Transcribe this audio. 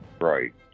right